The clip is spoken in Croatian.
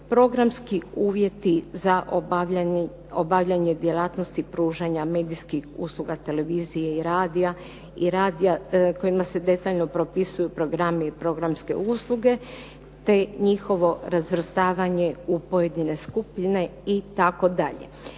programski uvjeti za obavljanje djelatnosti pružanja medijskih usluga, televizije i radija kojima se detaljno propisuju programi i programske usluge te njihovo razvrstavanje u pojedine skupine itd.